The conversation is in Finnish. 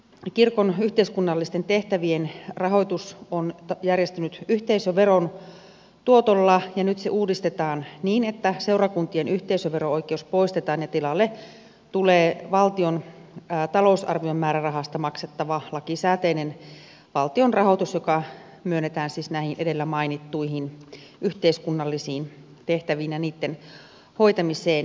aiemmin kirkon yhteiskunnallisten tehtävien rahoitus on järjestynyt yhteisöveron tuotolla ja nyt se uudistetaan niin että seurakuntien yhteisövero oikeus poistetaan ja tilalle tulee valtion talousarvion määrärahasta maksettava lakisääteinen valtion rahoitus joka myönnetään siis näihin edellä mainittuihin yhteiskunnallisiin tehtäviin ja niitten hoitamiseen